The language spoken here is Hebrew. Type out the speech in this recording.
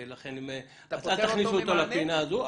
ולכן אל תכניסו אותו לפינה הזו,